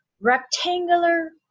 rectangular